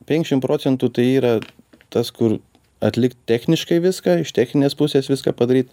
penkiasdešim procentų tai yra tas kur atlikt techniškai viską iš techninės pusės viską padaryt